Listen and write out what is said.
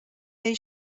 they